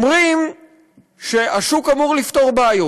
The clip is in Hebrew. אומרים שהשוק אמור לפתור בעיות.